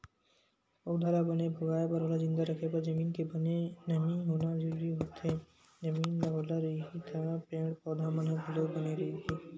पउधा ल बने भोगाय बर ओला जिंदा रखे बर जमीन के बने नमी होना जरुरी होथे, जमीन ह ओल रइही त पेड़ पौधा मन ह घलो बने रइही